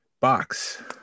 box